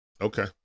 Okay